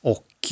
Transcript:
Och